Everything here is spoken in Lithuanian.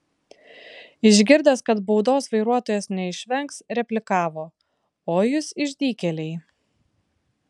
išgirdęs kad baudos vairuotojas neišvengs replikavo oi jūs išdykėliai